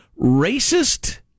racist